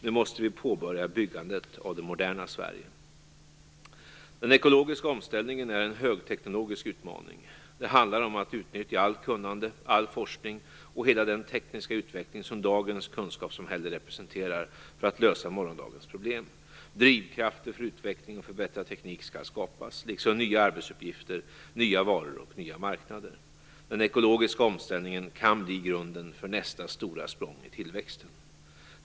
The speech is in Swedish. Nu måste vi påbörja byggandet av det moderna Sverige. Den ekologiska omställningen är en högteknologisk utmaning. Det handlar om att utnyttja allt kunnande, all forskning och hela den tekniska utveckling som dagens kunskapssamhälle representerar för att lösa morgondagens problem. Drivkrafter för utveckling och förbättrad teknik skall skapas, liksom nya arbetsuppgifter, nya varor och nya marknader. Den ekologiska omställningen kan bli grunden för nästa stora språng i tillväxten.